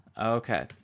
Okay